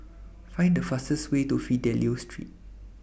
Find The fastest Way to Fidelio Street